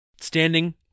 Standing